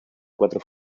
cuatro